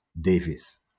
Davis